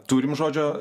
turime žodžio